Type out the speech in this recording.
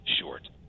short